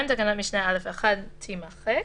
תקנת משנה (א)(1) תימחק.